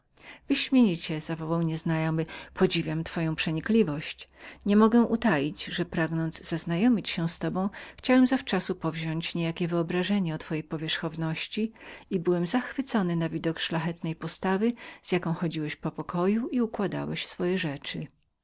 wyśmienicie zawołał nieznajomy podziwiam pańską przenikliwość nie mogę utaić że pragnąc zaznajomić się z panem chciałem zawczasu powziąść niejakie wyobrażenie o pańskiej powierzchowności i byłem w zachwyceniu na widok szlachetnej postawy z jaką chodziłeś po pokoju i układałeś twoje rzeczy